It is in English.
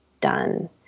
done